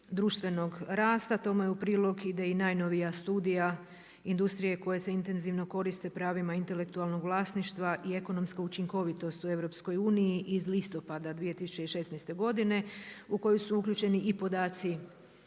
društvenog rasta. Tome u prilog ide i najnovija studija industrije koja se intenzivno koriste pravima intelektualnog vlasništva i ekonomska učinkovitost u EU iz listopada 2016. godine u koju su uključeni i podaci